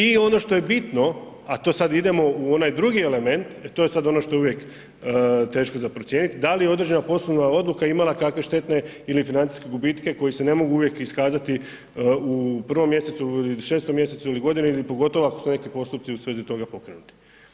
I ono što je bitno a to sad idemo u onaj drugi element, e to je sad ono to je uvijek teško za procijeniti, da li je određena poslovna odluka imala kakve štetne ili financijske gubitke koji se ne mogu uvijek iskazati u prvom mjesecu ili šestom mjesecu ili godini ili pogotovo ako su neki postupci u svezi toga pokrenuti.